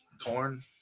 Corn